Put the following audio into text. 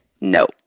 No